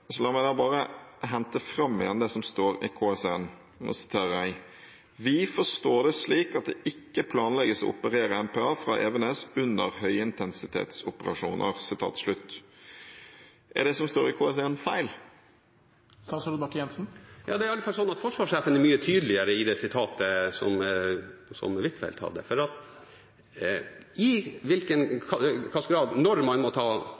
så la meg da bare hente fram igjen det som står i KS1, og jeg siterer: «Vi forstår det slik at det ikke planlegges å operere MPA fra Evenes under høyintensitetsoperasjoner.» Er det som står i KS1, feil? Det er i alle fall sånn at forsvarssjefen er mye tydeligere i det sitatet som Huitfeldt hadde, for i hvilken grad og når man må ta